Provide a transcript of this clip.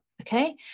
okay